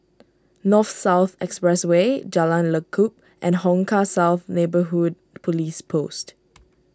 North South Expressway Jalan Lekub and Hong Kah South Neighbourhood Police Post